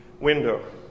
window